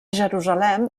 jerusalem